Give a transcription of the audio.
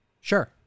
Sure